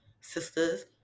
sisters